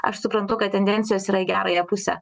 aš suprantu kad tendencijos yra į gerąją pusę